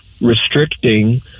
restricting